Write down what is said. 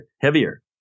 heavier